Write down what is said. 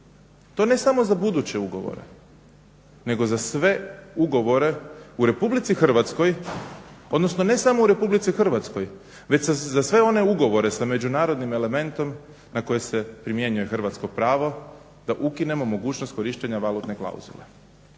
To ne samo za buduće ugovore nego za sve ugovore u RH, odnosno ne samo u RH već za sve one ugovore sa međunarodnim elementnom na koji se primjenjuje hrvatsko pravo da ukinemo mogućnost korištenja valutne klauzule.